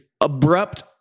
Abrupt